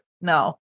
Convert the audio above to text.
no